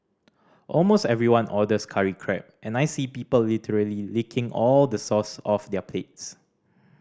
almost everyone orders curry crab and I see people literally licking all the sauce off their plates